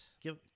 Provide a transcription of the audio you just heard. give